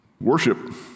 worship